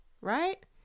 right